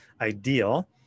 ideal